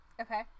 Okay